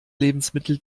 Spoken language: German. lebensmittel